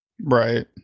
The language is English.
Right